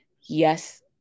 yes